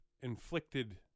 inflicted